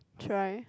try